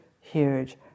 huge